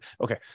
okay